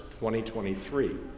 2023